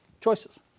choices